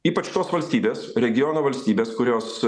ypač tos valstybės regiono valstybės kurios